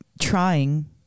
trying